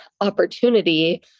opportunity